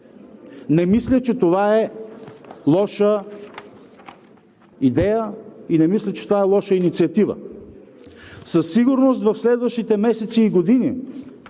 Не мисля, че това е лоша идея, и не мисля, че това е лоша инициатива. Със сигурност в следващите месеци и години